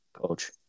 Coach